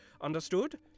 Understood